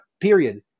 Period